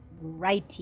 Righty